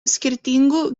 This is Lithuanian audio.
skirtingų